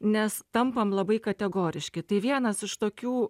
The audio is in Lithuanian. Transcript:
nes tampam labai kategoriški tai vienas iš tokių